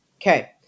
Okay